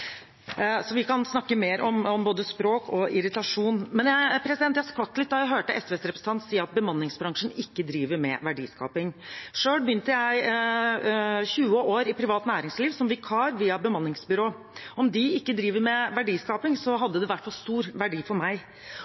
Så vi kan snakke mer om både språk og irritasjon. Jeg skvatt litt da jeg hørte SVs representant si at bemanningsbransjen ikke driver med verdiskaping. Selv begynte jeg som 20-åring i privat næringsliv som vikar via bemanningsbyrå. Om de ikke driver med verdiskaping, hadde det i hvert fall stor verdi for meg.